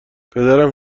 پدرم